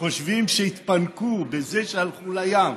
שחושבים שהתפנקו בזה שהלכו לים,